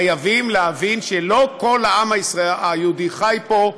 חייבים להבין שלא כל העם היהודי חי פה,